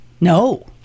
No